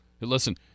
Listen